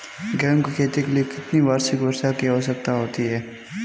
गेहूँ की खेती के लिए कितनी वार्षिक वर्षा की आवश्यकता होती है?